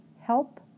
help